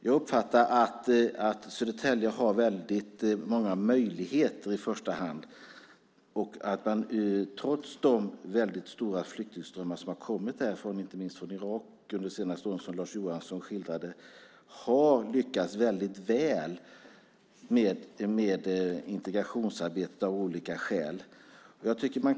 Jag uppfattar att Södertälje i första hand har många möjligheter och att man där, trots de stora flyktingströmmar som kommit dit under de senaste åren, inte minst från Irak som Lars Johansson också skildrade, av olika skäl lyckats väldigt väl med integrationsarbetet.